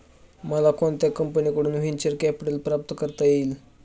मला कोणत्या कंपनीकडून व्हेंचर कॅपिटल प्राप्त करता येईल?